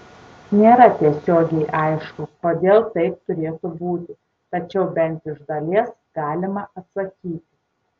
nėra tiesiogiai aišku kodėl taip turėtų būti tačiau bent iš dalies galima atsakyti